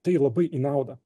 tai labai į naudą